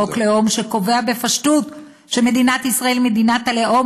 חוק לאום שקובע בפשטות שמדינת ישראל היא מדינת הלאום,